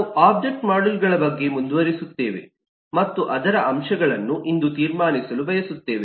ನಾವು ಒಬ್ಜೆಕ್ಟ್ ಮಾಡೆಲ್ಗಳ ಬಗ್ಗೆ ಮುಂದುವರಿಸುತ್ತೇವೆ ಮತ್ತು ಅದರ ಅಂಶಗಳನ್ನು ಇಂದು ತೀರ್ಮಾನಿಸಲು ಬಯಸುತ್ತೇವೆ